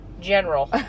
general